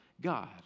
God